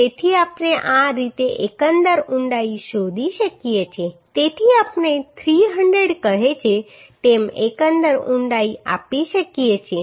તેથી આપણે આ રીતે એકંદર ઊંડાઈ શોધી શકીએ છીએ તેથી આપણે 300 કહે છે તેમ એકંદર ઊંડાઈ આપી શકીએ છીએ